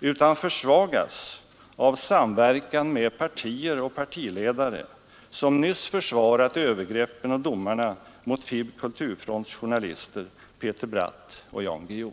utan försvagas av samverkan med partier och partiledare som nyss försvarat övergreppen och domarna mot FiB/Kulturfronts journalister Peter Bratt och Jan Guillou.